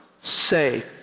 Say